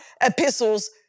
epistles